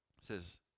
says